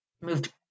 moved